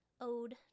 ode